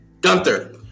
Gunther